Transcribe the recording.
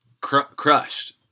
Crushed